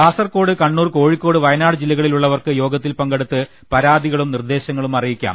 കാസർഗോഡ് കണ്ണൂർ കോഴിക്കോട് വയനാട് ജില്ലക ളിലുള്ളവർക്ക് യോഗത്തിൽ പങ്കെടുത്ത് പരാതികളും നിർ ദേശങ്ങളും അറിയിക്കാം